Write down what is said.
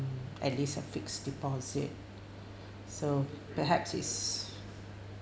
at least a fixed deposit so perhaps is